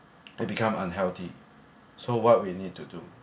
they become unhealthy so what we need to do